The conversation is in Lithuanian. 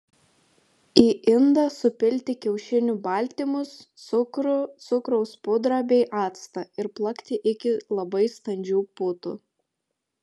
į indą supilti kiaušinių baltymus cukrų cukraus pudrą bei actą ir plakti iki labai standžių putų